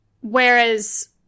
Whereas